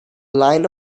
line